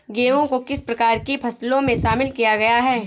गेहूँ को किस प्रकार की फसलों में शामिल किया गया है?